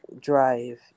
drive